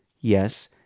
Yes